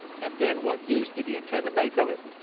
and then what use did he intend to make of it?